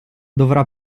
dovrà